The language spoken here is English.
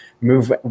Move